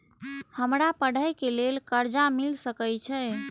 हमरा पढ़े के लेल कर्जा मिल सके छे?